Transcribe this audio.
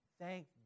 Thank